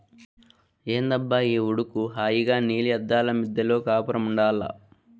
ఏందబ్బా ఈ ఉడుకు హాయిగా నీలి అద్దాల మిద్దెలో కాపురముండాల్ల